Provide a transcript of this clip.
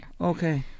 Okay